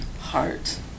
heart